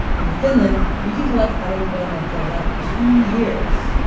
in finland, you can collect unemployment for about two years.